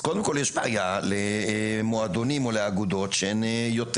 קודם כל יש בעיה למועדונים או לאגודות שהן יותר,